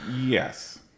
Yes